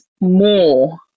more